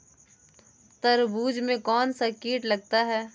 तरबूज में कौनसा कीट लगता है?